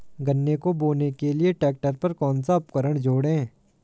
गन्ने को बोने के लिये ट्रैक्टर पर कौन सा उपकरण जोड़ें?